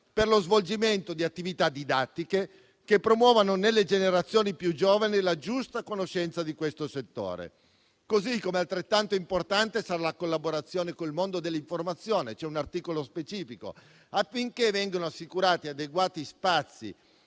per lo svolgimento di attività didattiche che promuovano nelle generazioni più giovani la giusta conoscenza di questo settore. Altrettanto importante sarà la collaborazione con il mondo dell'informazione, prevista da un articolo specifico, affinché vengano assicurati adeguati spazi